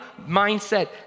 mindset